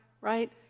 right